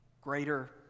greater